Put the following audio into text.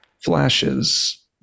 flashes